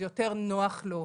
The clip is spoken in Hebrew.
זה יותר נוח לו.